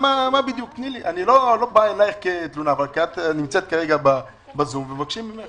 אני לא בא אליך בתלונה אבל את נמצאת כרגע בזום ואני מבקש ממך